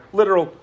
literal